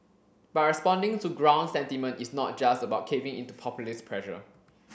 but responding to ground sentiment is not just about caving into populist pressure